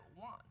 want